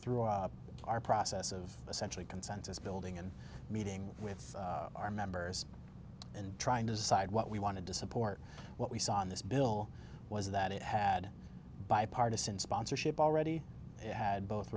through our process of essentially consensus building and meeting with our members and trying to decide what we wanted to support what we saw in this bill was that it had bipartisan sponsorship already it had both